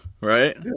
right